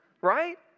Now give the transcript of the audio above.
right